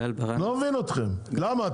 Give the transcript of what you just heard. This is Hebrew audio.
אני לא מבין אתכם, למה?